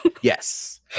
Yes